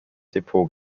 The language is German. depot